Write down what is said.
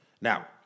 Now